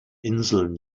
inseln